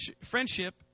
Friendship